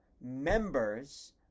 members